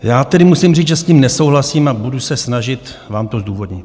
Já tedy musím říct, že s tím nesouhlasím, a budu se snažit vám to zdůvodnit.